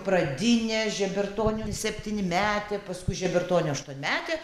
pradinė žebertonių septynmetė paskui žebertonių aštuonmetė